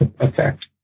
effect